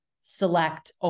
select